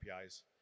APIs